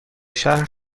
شهر